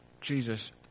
Jesus